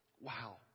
Wow